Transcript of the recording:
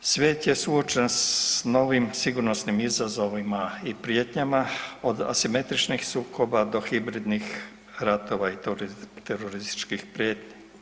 Svijet je suočen s novim sigurnosnim izazovima i prijetnjama, od asimetričnih sukoba do hibridnih ratova i terorističkih prijetnji.